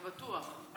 אתה בטוח?